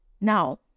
Now